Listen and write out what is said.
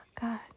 god